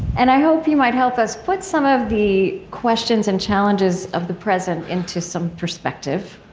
and i hope you might help us put some of the questions and challenges of the present into some perspective.